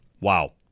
wow